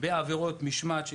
בעבירות משמעת,